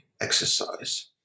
exercise